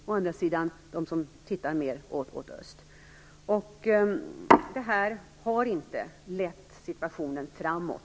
Å andra sidan finns de som tittar mer åt öst. Detta har dessvärre inte lett utvecklingen framåt.